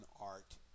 Art